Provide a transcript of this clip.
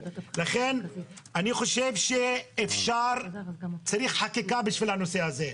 לכן אני חושב שאפשר וצריך חקיקה בשביל הנושא הזה.